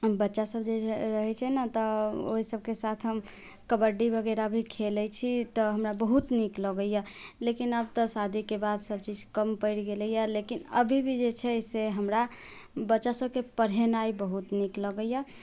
बच्चा सब जे रहै छै ने तऽ ओहि सबके साथ हम कबड्डी वगैरह भी खेलै छी तऽ हमरा बहुत नीक लगैया लेकिन आब तऽ शादी के बाद सब चीज कम पड़ि गेलैया लेकिन अभी भी जे छै से हमरा बच्चा सबके पढ़ेनाइ बहुत नीक लगैया